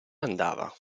andava